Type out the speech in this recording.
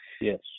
Yes